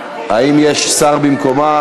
תומך,